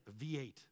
V8